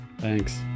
Thanks